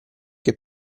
che